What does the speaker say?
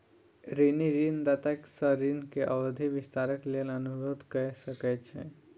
ऋणी ऋणदाता सॅ ऋण के अवधि विस्तारक लेल अनुरोध कय सकै छै